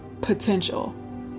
potential